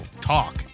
talk